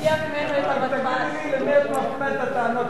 רק תגידי לי למי את מפנה את הטענות